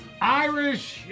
Irish